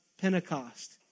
Pentecost